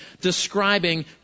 describing